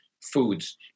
foods